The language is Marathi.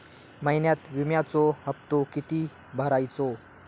महिन्यात विम्याचो हप्तो किती भरायचो?